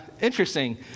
interesting